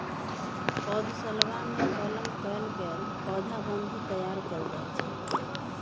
पौधशलवा में कलम कइल गैल पौधवन भी तैयार कइल जाहई